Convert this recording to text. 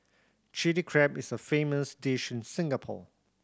Chilli Crab is a famous dish in Singapore